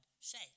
say